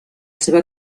seva